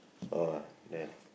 ah there there